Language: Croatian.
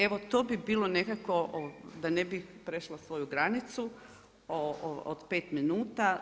Evo to bi bilo nekako da ne bi prešla svoju granicu od 5 minuta.